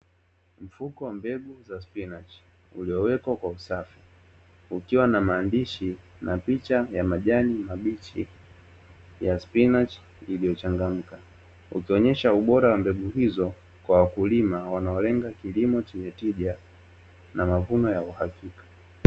Mfuko wa mbegu za spinachi uliowekwa kwa usafi ukiwa na maandishi na picha ya majani mabichi ya spinachi iliyochangamka, ikionyesha ubora wa mbegu hizo kwa wakulima wanaolenga kilimo chenye tija, na mavuno ya uhakika.